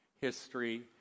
history